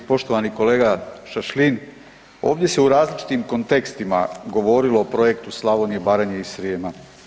Poštovani kolega Šašlin, ovdje se u različitim kontekstima govorilo o projektu Slavonija, Baranja i Srijema.